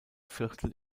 viertel